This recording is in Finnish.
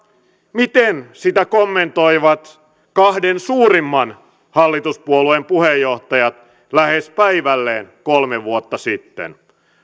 miten sitä kommentoivat kahden suurimman hallituspuolueen puheenjohtajat lähes päivälleen kolme vuotta sitten